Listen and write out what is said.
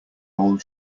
old